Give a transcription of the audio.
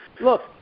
look